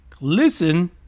Listen